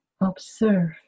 Observe